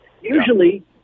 Usually